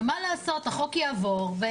ומה לעשות - החוק יעבור.